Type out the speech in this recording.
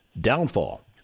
downfall